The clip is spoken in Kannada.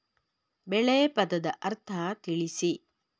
ಬೆಳೆ ಪದದ ಅರ್ಥ ತಿಳಿಸಿ?